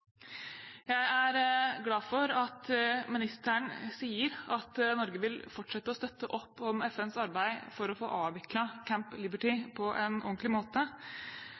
Jeg er glad for at ministeren sier at Norge vil fortsette å støtte opp om FNs arbeid for å få avviklet Camp Liberty på en ordentlig måte.